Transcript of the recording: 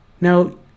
Now